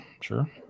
sure